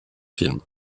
film